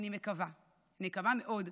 אני מקווה, אני מקווה מאוד,